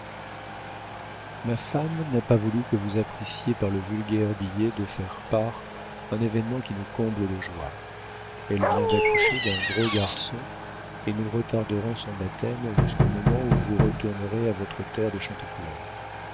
ma femme n'a pas voulu que vous apprissiez par le vulgaire billet de faire part un événement qui nous comble de joie elle vient d'accoucher d'un gros garçon et nous retarderons son baptême jusqu'au moment où vous retournerez à votre terre de